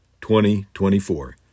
2024